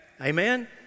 Amen